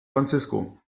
francisco